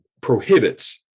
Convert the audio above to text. prohibits